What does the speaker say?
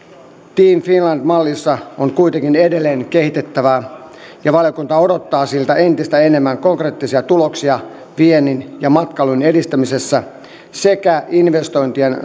team finland mallissa on kuitenkin edelleen kehitettävää ja valiokunta odottaa siltä entistä enemmän konkreettisia tuloksia viennin ja matkailun edistämisessä sekä investointien